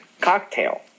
Cocktail